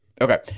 Okay